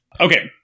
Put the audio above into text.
okay